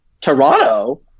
Toronto